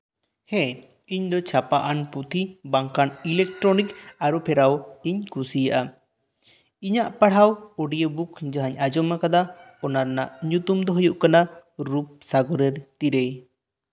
ᱦᱮᱸ ᱤᱧ ᱫᱚ ᱪᱷᱟᱯᱟ ᱟᱱ ᱯᱩᱛᱷᱤ ᱵᱟᱝᱠᱷᱟᱱ ᱤᱞᱮᱠᱴᱨᱚᱱᱤᱠ ᱟᱨᱩᱼᱯᱷᱮᱨᱟᱣ ᱤᱧ ᱠᱩᱥᱤᱣᱟᱜᱼᱟ ᱤᱧᱟᱜ ᱯᱟᱲᱦᱟᱣ ᱚᱰᱤᱣ ᱵᱩᱠ ᱡᱟᱦᱟᱸᱧ ᱟᱸᱡᱚᱢᱟᱠᱟᱫᱟ ᱚᱱᱟ ᱨᱮᱱᱟᱜ ᱧᱩᱛᱩᱢ ᱫᱚ ᱦᱩᱭᱩᱜ ᱠᱟᱱᱟ ᱨᱩᱯᱟᱜᱚᱨᱮᱨ ᱛᱤᱨᱮ